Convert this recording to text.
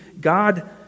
God